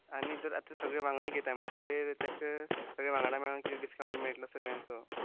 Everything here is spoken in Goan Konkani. आनी दर आतां सगळें वांगडा घेता म्हणटरेर तेक सगळें वांगडा मेळोन कितें डिस्कावंट बी मेळट सगळ्यांचो